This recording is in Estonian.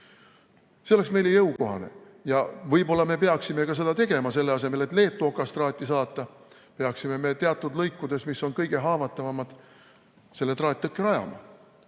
See oleks meile jõukohane ja võib-olla me peaksimegi seda tegema. Selle asemel, et Leetu okastraati saata, peaksime me teatud lõikudes, mis on kõige haavatavamad, selle traattõkke rajama.